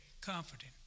comforting